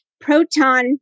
Proton